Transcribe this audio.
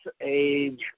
Age